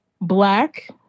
Black